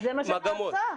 זה מה שנעשה.